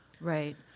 Right